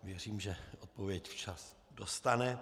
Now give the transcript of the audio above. Věřím, že odpověď včas dostane.